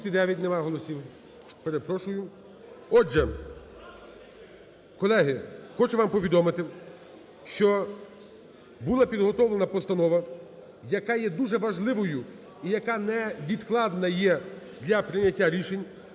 Немає голосів. Перепрошую. Отже, колеги, хочу вам повідомити, що була підготовлена постанова, яка є дуже важливою і яка невідкладна є для прийняття рішень